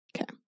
Okay